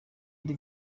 ari